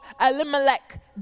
Elimelech